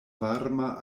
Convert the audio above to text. varma